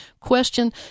question